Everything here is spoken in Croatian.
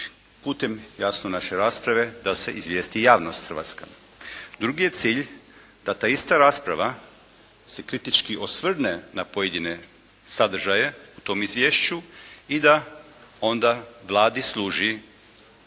putem jasno naše rasprave da se izvijesti javnost hrvatska. Drugi je cilj da ta ista rasprava se kritički osvrne na pojedine sadržaje u tom izviješću i da onda Vladi služi